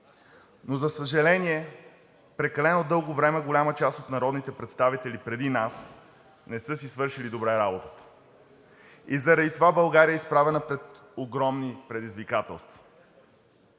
но за съжаление, прекалено дълго време голяма част от народните представители преди нас не са си свършили добре работата и заради това България е изправена пред огромни предизвикателства.